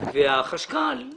והחשב הכללי